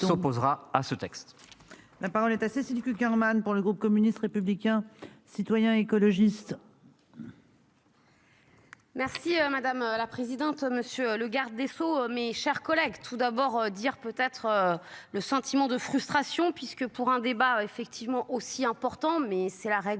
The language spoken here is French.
La parole est à Cécile Cukierman. Pour le groupe communiste, républicain, citoyen et écologiste. Merci madame la présidente, monsieur le garde des sceaux, mes chers collègues. Tout d'abord dire peut-être le sentiment de frustration, puisque pour un débat effectivement aussi important mais c'est la règle